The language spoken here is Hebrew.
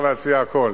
אפשר להציע הכול,